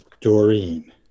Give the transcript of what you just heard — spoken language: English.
Doreen